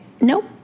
Nope